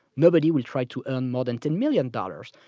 nobody would try to earn more than ten million dollars.